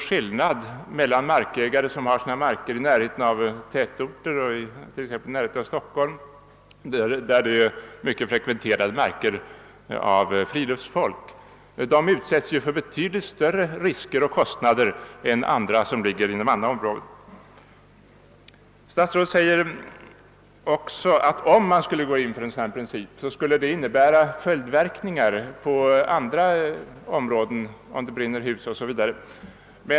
Skillnaderna blir ju mycket stora mellan markägare i närheten av en tätort, t.ex. nära Stockholm, där markerna är mycket frekventerade av friluftsfolk — de markägarna löper betydligt större risker och åsamkas större kostnader — och markägare på andra håll. Statsrådet säger att om man skulle rucka på den här principen, kommer det att få följdverkningar på andra områden, t.ex. i sådana fall där ett hus brinner ned o.s.v.